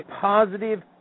positive